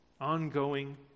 ongoing